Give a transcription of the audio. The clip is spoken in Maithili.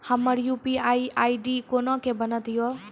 हमर यु.पी.आई आई.डी कोना के बनत यो?